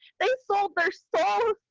they sold their souls,